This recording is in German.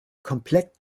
komplett